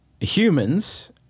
humans